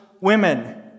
women